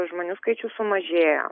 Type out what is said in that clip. žmonių skaičius sumažėjo